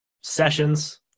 sessions